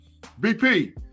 BP